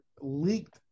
leaked